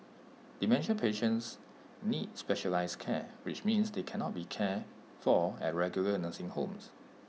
dementia patients need specialised care which means they cannot be cared for at regular nursing homes